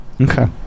Okay